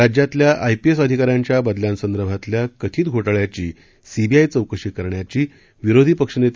राज्यातल्या आयपीएस अधिकाऱ्यांच्या बदल्यांसंदर्भातल्या कथित घोटाळ्याची सीबीआय चौकशी करण्याची विरोधी पक्षनेते